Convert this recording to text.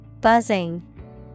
Buzzing